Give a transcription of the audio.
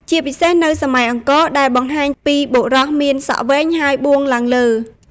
ជាពិសេសនៅសម័យអង្គរ ដែលបង្ហាញពីបុរសមានសក់វែងហើយបួងឡើងលើ។